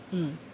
mm